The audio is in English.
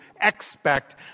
expect